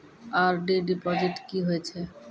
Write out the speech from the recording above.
RD deposit की होय छै?